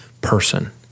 person